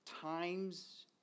times